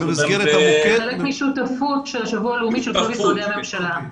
זה חלק משותפות של שבוע לאומי של כל משרדי הממשלה.